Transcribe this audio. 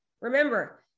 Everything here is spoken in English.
Remember